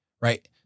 right